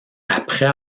après